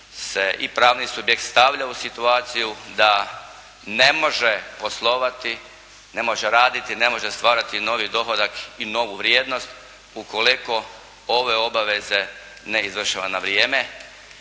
i pravni subjekt stavlja u situaciju da ne može poslovati, ne može raditi, ne može stvarati novi dohodak i novu vrijednost ukoliko ove obaveze ne izvršava na vrijeme